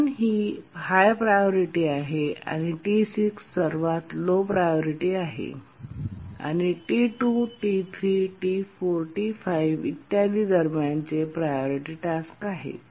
T1 ही high priority आहे आणि T6 सर्वात लो प्रायोरिटी आहे आणि T2T3T4T5 इ दरम्यानचे प्रायोरिटी टास्क आहे